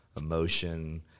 emotion